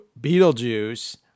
beetlejuice